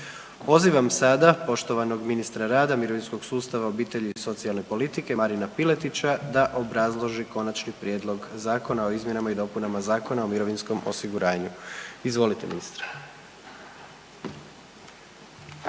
Pozivam sada poštovanog ministra rada, mirovinskog sustava, obitelji i socijalne politike Marina Piletića da obrazloži Konačni prijedlog zakona o izmjenama i dopunama Zakona o mirovinskom osiguranju, izvolite ministre.